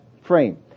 frame